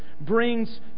brings